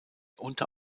unter